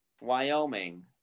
Wyoming